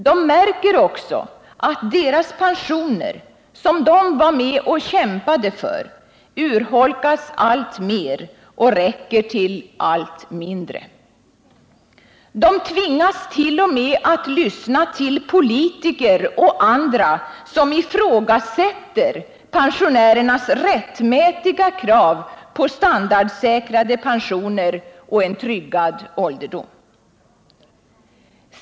De märker också att deras pensioner, som de var med och kämpade för, urholkas alltmer och räcker till allt mindre. De tvingas t.o.m. att lyssna till politiker och andra som ifrågasätter deras rättmätiga krav på standardsäkrade pensioner och en tryggad ålderdom.